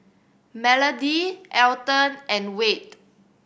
Melody Alton and Wade